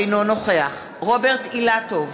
אינו נוכח רוברט אילטוב,